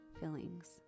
feelings